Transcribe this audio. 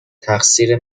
تقصیر